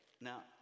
Now